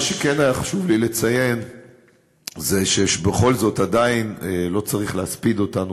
מה שכן היה חשוב לי לציין זה שבכל זאת עדיין לא צריך להספיד אותנו,